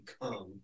become